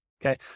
Okay